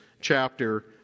chapter